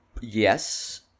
Yes